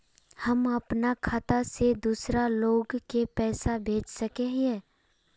हम अपना खाता से दूसरा लोग के पैसा भेज सके हिये?